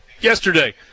yesterday